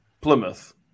Plymouth